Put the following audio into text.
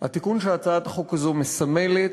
התיקון שהצעת החוק הזאת מסמלת,